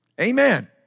Amen